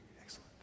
Excellent